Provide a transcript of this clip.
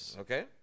Okay